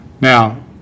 Now